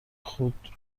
خود